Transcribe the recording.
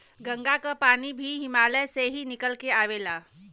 गंगा क पानी भी हिमालय से ही निकल के आवेला